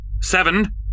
Seven